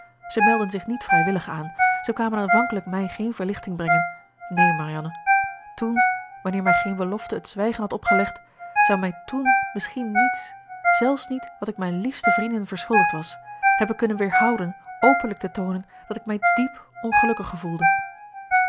zij meldden zich niet vrijwillig aan zij kwamen aanvankelijk mij geen verlichting brengen neen marianne toen wanneer mij geen belofte het zwijgen had opgelegd zou mij toen misschien niets zelfs niet wat ik mijn liefsten vrienden verschuldigd was hebben kunnen weerhouden openlijk te toonen dat ik mij diep ongelukkig gevoelde